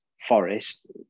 forest